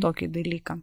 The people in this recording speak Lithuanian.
tokį dalyką